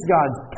God's